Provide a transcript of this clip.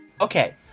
okay